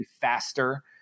faster